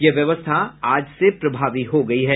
यह व्यवस्था आज से प्रभावी हो गयी है